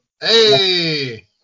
Hey